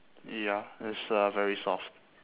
ya it's uh very soft